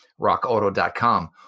RockAuto.com